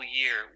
year